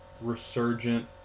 resurgent